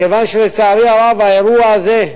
מכיוון שלצערי הרב האירוע הזה,